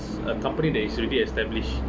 a company that is already established